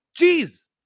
Jeez